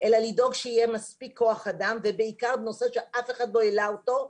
אלא לדאוג שיהיה מספיק כוח אדם ובעיקר בנושא שאף אחד לא העלה אותו,